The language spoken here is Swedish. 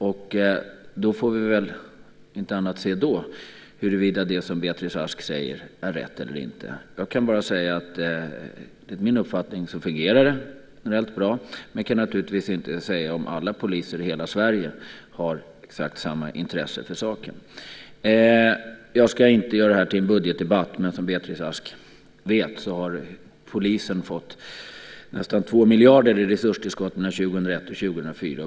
Om inte annat får vi då se huruvida det som Beatrice Ask säger är rätt eller inte. Enligt min uppfattning fungerar det generellt bra, men jag kan naturligtvis inte säga om alla poliser i hela Sverige har exakt samma intresse för saken. Jag ska inte göra det här till en budgetdebatt, men som Beatrice Ask vet har polisen fått nästan 2 miljarder i resurstillskott för perioden 2001-2004.